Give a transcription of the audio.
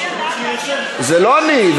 זה לא אני,